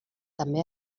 també